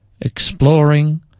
exploring